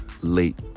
late